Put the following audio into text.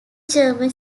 german